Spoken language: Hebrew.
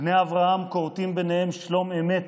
בני אברהם כורתים ביניהם שלום אמת,